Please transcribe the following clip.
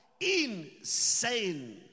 Insane